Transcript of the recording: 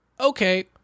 Okay